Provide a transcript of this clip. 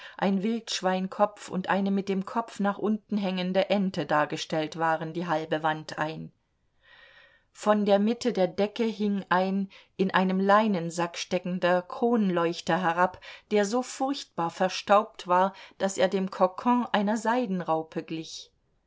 ein wildschweinkopf und eine mit dem kopf nach unten hängende ente dargestellt waren die halbe wand ein von der mitte der decke hing ein in einem leinensack steckender kronleuchter herab der so furchtbar verstaubt war daß er dem kokon einer seidenraupe glich